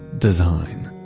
design.